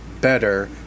better